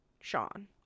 sean